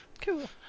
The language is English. Cool